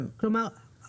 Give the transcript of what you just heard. כלומר,